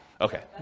Okay